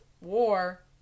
war